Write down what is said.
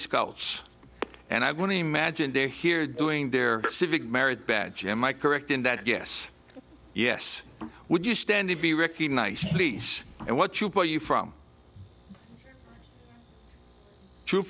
scouts and i want to imagine they're here doing their civic merit badge am i correct in that yes yes would you stand to be recognized please and what you put you from t